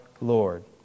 Lord